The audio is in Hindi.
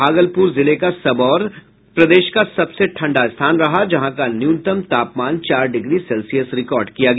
भागलपुर जिले का सबौर प्रदेश का सबसे ठंडा स्थान रहा जहां का न्यूनतम तापमान चार डिग्री सेल्सियस रिकॉर्ड किया गया